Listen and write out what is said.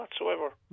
whatsoever